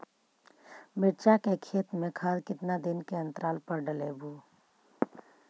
मिरचा के खेत मे खाद कितना दीन के अनतराल पर डालेबु?